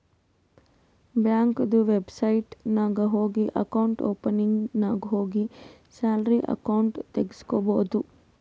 ಬ್ಯಾಂಕ್ದು ವೆಬ್ಸೈಟ್ ನಾಗ್ ಹೋಗಿ ಅಕೌಂಟ್ ಓಪನಿಂಗ್ ನಾಗ್ ಹೋಗಿ ಸ್ಯಾಲರಿ ಅಕೌಂಟ್ ತೆಗುಸ್ಕೊಬೋದು